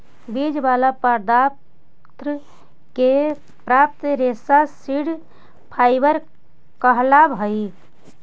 बीज वाला पदार्थ से प्राप्त रेशा सीड फाइबर कहलावऽ हई